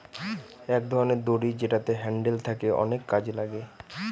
এক ধরনের দড়ি যেটাতে হ্যান্ডেল থাকে অনেক কাজে লাগে